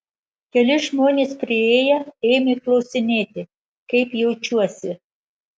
keli žmonės priėję ėmė klausinėti kaip jaučiuosi